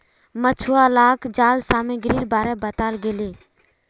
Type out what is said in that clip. मछुवालाक जाल सामग्रीर बारे बताल गेले